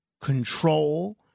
control